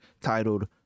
titled